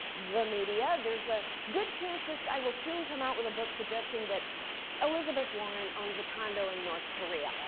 the media. there's a good chance this guy will soon come out with a book suggesting that elizabeth warren owns a condo in north korea.